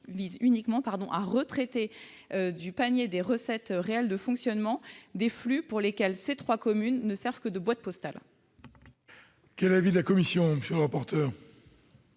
vise uniquement à retraiter du panier des recettes réelles de fonctionnement des flux pour lesquels ces trois communes ne servent que de boîte postale. Quel est l'avis de la commission ? Vous savez,